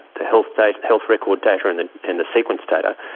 the health like health record data and the and the sequence data,